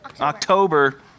October